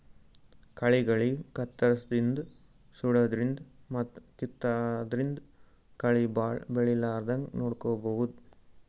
ಕಳಿಗಳಿಗ್ ಕತ್ತರ್ಸದಿನ್ದ್ ಸುಡಾದ್ರಿನ್ದ್ ಮತ್ತ್ ಕಿತ್ತಾದ್ರಿನ್ದ್ ಕಳಿ ಭಾಳ್ ಬೆಳಿಲಾರದಂಗ್ ನೋಡ್ಕೊಬಹುದ್